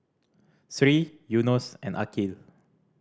Sri Yunos and Aqil